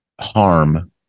harm